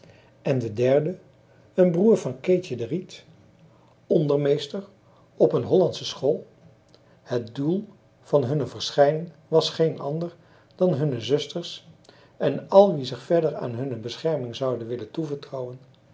en de derde een broer van keetje de riet ondermeester op een hollandsche school het doel van hunne verschijning was geen ander dan hunne zusters en al wie zich verder aan hunne bescherming zoude willen toevertrouwen